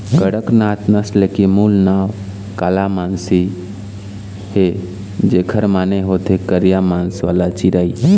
कड़कनाथ नसल के मूल नांव कालामासी हे, जेखर माने होथे करिया मांस वाला चिरई